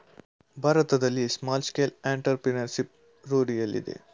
ಭಾರತದಲ್ಲಿ small scale entrepreneurship ರೂಢಿಯಲ್ಲಿದೆ